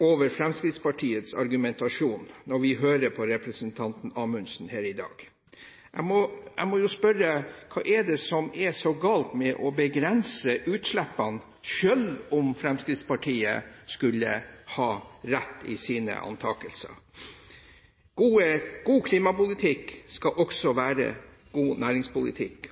over Fremskrittspartiets argumentasjon når vi hører på representanten Amundsen her i dag. Jeg må spørre: Hva er det som er så galt med å begrense utslippene selv om Fremskrittspartiet skulle ha rett i sine antakelser? God klimapolitikk skal også være god næringspolitikk,